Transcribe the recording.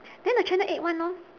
there the channel eight one lor